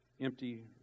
Empty